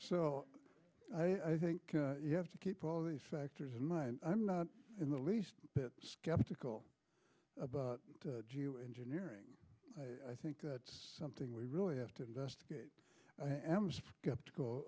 so i think you have to keep all these factors in mind i'm not in the least bit skeptical about geoengineering i think it's something we really have to investigate i am skeptical